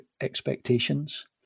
expectations